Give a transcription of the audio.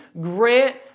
grant